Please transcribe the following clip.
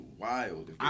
wild